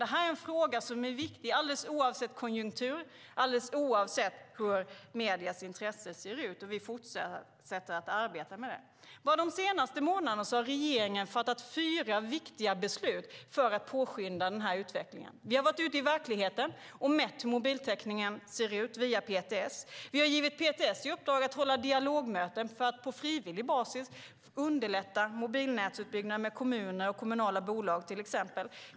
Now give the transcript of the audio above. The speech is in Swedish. Denna fråga är viktig alldeles oavsett konjunktur och mediernas intresse. Bara under de senaste månaderna har regeringen fattat fyra viktiga beslut för att påskynda utvecklingen. Vi har varit ute i verkligheten och via PTS undersökt hur mobiltäckningen ser ut. Vi har givit PTS i uppdrag att hålla dialogmöten med till exempel kommuner och kommunala bolag för att på frivillig basis underlätta mobilnätsutbyggnaden.